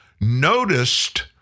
noticed